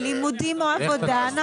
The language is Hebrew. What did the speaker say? לימודים או עבודה.